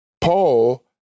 Paul